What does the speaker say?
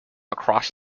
across